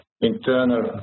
internal